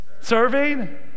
serving